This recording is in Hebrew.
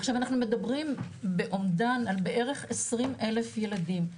עכשיו אנחנו מדברים על אומדן של בערך 20,000 ילדים.